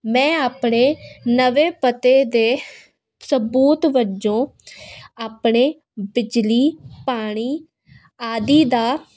ਮੈਂ ਆਪਣੇ ਨਵੇਂ ਪਤੇ ਦੇ ਸਬੂਤ ਵਜੋਂ ਆਪਣੇ ਬਿਜਲੀ ਪਾਣੀ ਆਦਿ ਦਾ